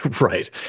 right